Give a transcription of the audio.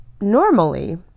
normally